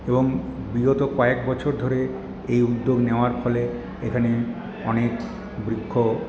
এবং বিগত কয়েক বছর ধরে এই উদ্যোগ নেওয়ার ফলে এখানে অনেক বৃক্ষ